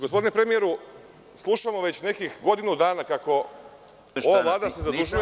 Gospodine premijeru, slušamo već nekih godinu dana kako se ova Vlada zadužuje…